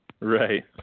Right